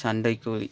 சண்டைக்கோழி